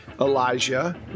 Elijah